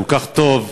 כל כך טוב,